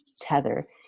tether